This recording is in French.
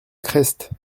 crest